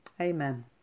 Amen